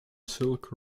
silk